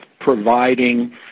providing